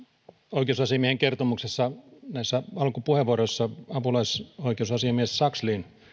oikeusasiamiehen kertomuksessa näissä alkupuheenvuoroissa apulaisoikeusasiamies sakslin